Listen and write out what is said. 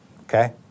Okay